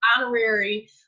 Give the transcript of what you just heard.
honorary